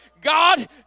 God